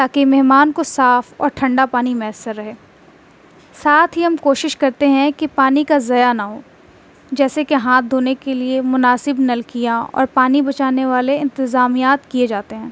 تاکہ مہمان کو صاف اور ٹھنڈا پانی میسر رہے ساتھ ہی ہم کوشش کرتے ہیں کہ پانی کا ضیاع نہ ہو جیسے کہ ہاتھ دھونے کے لیے مناسب نلکیاں اور پانی بچانے والے انتظامات کیے جاتے ہیں